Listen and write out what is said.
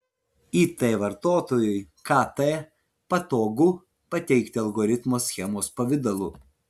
it vartotojui kt patogu pateikti algoritmo schemos pavidalu